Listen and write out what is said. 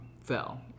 fell